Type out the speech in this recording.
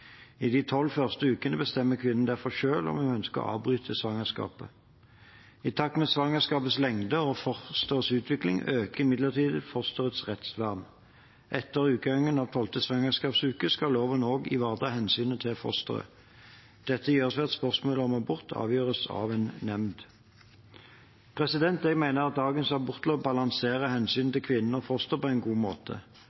I de 12 første ukene bestemmer kvinnen derfor selv om hun ønsker å avbryte svangerskapet. I takt med svangerskapets lengde og fosterets utvikling øker imidlertid fosterets rettsvern. Etter utgangen av 12. svangerskapsuke skal loven også ivareta hensynet til fosteret. Dette gjøres ved at spørsmålet om abort avgjøres av en nemnd. Jeg mener at dagens